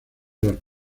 las